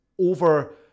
over